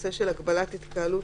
בנושא של "הגבלת התקהלות",